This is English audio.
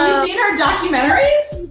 seen our documentaries?